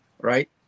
right